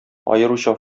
аеруча